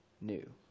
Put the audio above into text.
new